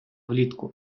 влітку